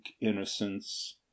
innocence